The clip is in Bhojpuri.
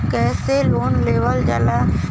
कैसे लोन लेवल जाला?